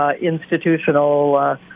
institutional